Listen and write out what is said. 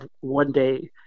one-day